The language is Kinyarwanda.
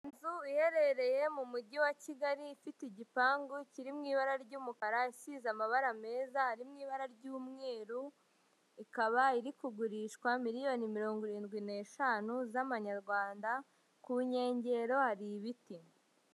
Inzu iherereye mu mujyi wa Kigali, ifite igipangu kiri mu ibara ry'umukara, isize amabara meza harimo ibara ry'umweru, ikaba iri kugurishwa miliyoni mirongo irindwi n'eshanu z'amanyarwanda, ku nkengero hari ibiti.